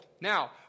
Now